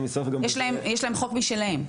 יש להם חוק משלהם.